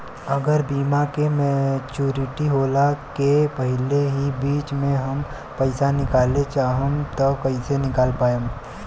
अगर बीमा के मेचूरिटि होला के पहिले ही बीच मे हम पईसा निकाले चाहेम त कइसे निकाल पायेम?